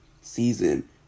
season